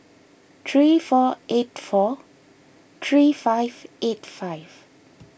three four eight four three five eight five